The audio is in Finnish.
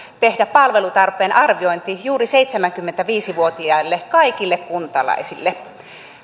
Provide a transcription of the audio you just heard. tehdä palvelutarpeen arviointi juuri kaikille seitsemänkymmentäviisi vuotiaille kuntalaisille